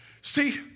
See